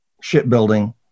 shipbuilding